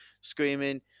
screaming